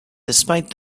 despite